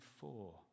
four